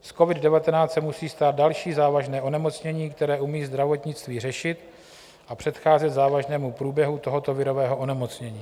Z covid19 se musí stát další závažné onemocnění, které umí zdravotnictví řešit a předcházet závažnému průběhu tohoto virového onemocnění.